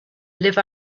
live